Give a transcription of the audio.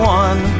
one